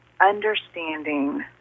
understanding